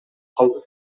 калды